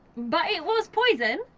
but it was poison.